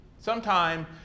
Sometime